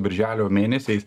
birželio mėnesiais